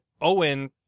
Owen